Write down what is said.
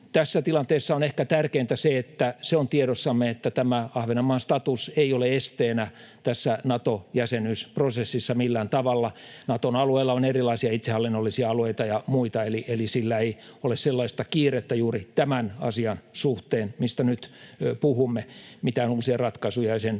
Tässä tilanteessa on ehkä tärkeintä se, että se on tiedossamme, että tämä Ahvenanmaan status ei ole esteenä tässä Nato-jäsenyysprosessissa millään tavalla. Naton alueella on erilaisia itsehallinnollisia alueita ja muita, eli sillä ei ole sellaista kiirettä juuri tämän asian suhteen, mistä nyt puhumme. Mitään uusia ratkaisuja ei sen